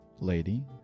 lady